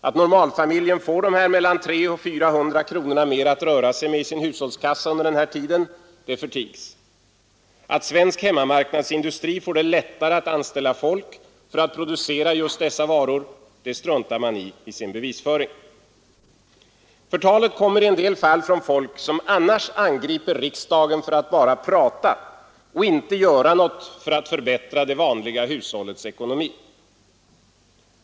Att normalfamiljen får mellan 300 och 400 kronor mer att röra sig med i sin hushållskassa förtigs. Att svensk hemmamarknadsindustri får det lättare att anställa folk för att producera just dessa varor struntar man i sin bevisföring i. Det här förtalet kommer i en del fall från folk som annars angriper oss för att bara prata och inte göra något för att förbättra det vanliga hushållets ekonomi.